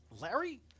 larry